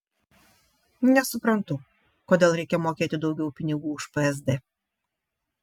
nesuprantu kodėl reikia mokėti daugiau pinigų už psd